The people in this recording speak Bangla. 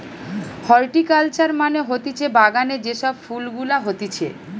হরটিকালচার মানে হতিছে বাগানে যে সব ফুল গুলা হতিছে